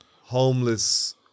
homeless